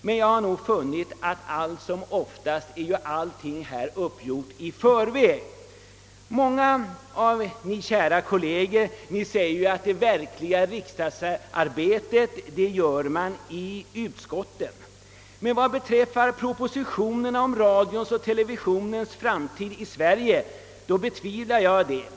Men jag har funnit att allt som oftast är frågorna avgjorda i förväg. Många av er, kära kolleger, säger att det verkliga riksdagsarbetet gör man i utskotten. Vad beträffar propositionerna om radions och TV:ns framtid i Sverige betvivlar jag det.